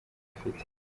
afite